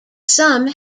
some